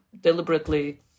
deliberately